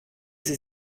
sie